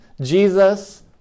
Jesus